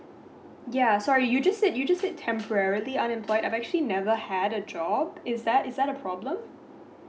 ya sorry you just said you just said temporarily unemployed I've actually never had a job is that is that a problem